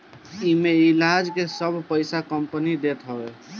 एमे इलाज के सब पईसा कंपनी देत हवे